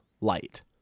light